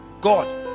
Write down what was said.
God